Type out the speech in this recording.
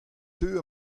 teu